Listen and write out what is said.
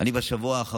טל שוהם,